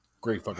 great